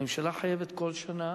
הממשלה חייבת כל שנה,